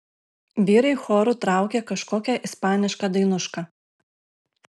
vyrai choru traukė kažkokią ispanišką dainušką